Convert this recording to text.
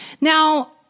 Now